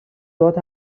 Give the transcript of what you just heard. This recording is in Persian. باهات